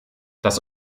das